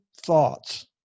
thoughts